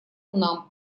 нам